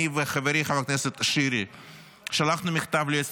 אני וחברי חבר הכנסת שירי שלחנו מכתב ליועצת